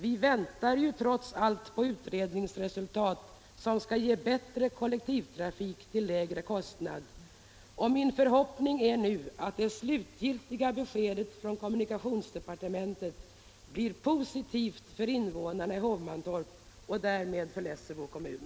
Vi väntar ju trots allt på utredningsresultat som skall ge bättre kollektivtrafik till lägre kostnad. Min förhoppning är nu att det slutgiltiga beskedet från kommunikationsdepartementet blir positivt för invånarna i Hovmantorp och därmed för Lessebo kommun.